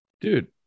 dude